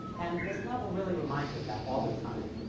and this novel really reminds you of that all the time.